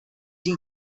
die